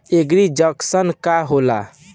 एगरी junction का होला?